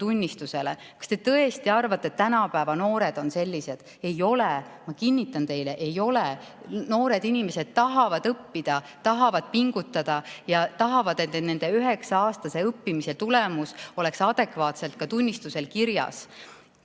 Kas te tõesti arvate, et tänapäeva noored on sellised? Ei ole. Ma kinnitan teile: ei ole. Noored inimesed tahavad õppida, tahavad pingutada ja tahavad, et nende üheksa-aastase õppimise tulemus oleks adekvaatselt ka tunnistusel kirjas.